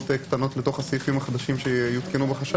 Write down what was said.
קטנות לתוך הסעיפים החדשים בחש"צ.